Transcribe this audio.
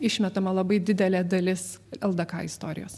išmetama labai didelė dalis ldk istorijos